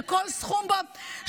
שכל סכום בו,